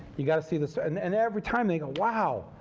you've got to see this. and and every time they go, wow!